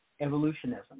evolutionism